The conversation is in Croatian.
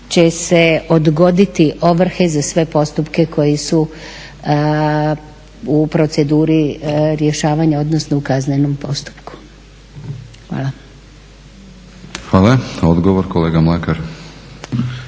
će se odgoditi ovrhe za sve postupke koji su u proceduri rješavanja, odnosno u kaznenom postupku. Hvala. **Batinić, Milorad